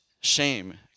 shame